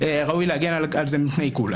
ראוי להגן על זה מפני עיקול.